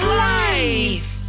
life